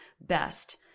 best